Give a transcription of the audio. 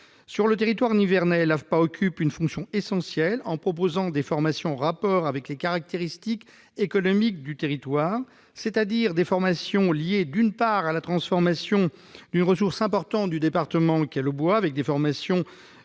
Sur le territoire nivernais, l'AFPA occupe une fonction essentielle en proposant des formations en rapport avec les caractéristiques économiques du territoire. Il s'agit de formations liées, d'une part, à la transformation d'une ressource importante du département, le bois- charpente, menuiserie,